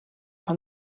nka